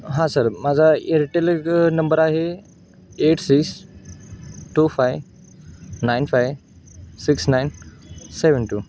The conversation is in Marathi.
हां सर माझा एअरटेल नंबर आहे eight six two five nine five six nine seven to